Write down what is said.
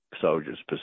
soldiers